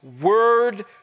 word